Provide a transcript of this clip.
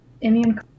immune